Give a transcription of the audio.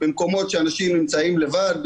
במקומות שאנשים נמצאים לבד,